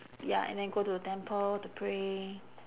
ya and then go to temple to pray